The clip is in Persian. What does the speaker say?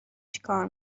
چیکار